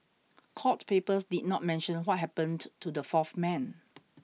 court papers did not mention what happened to the fourth man